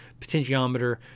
potentiometer